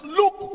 look